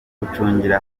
gucungira